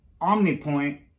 Omnipoint